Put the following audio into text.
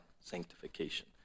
sanctification